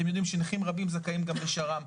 אתם יודעים שנכים רבים זכאים גם לשר"מ.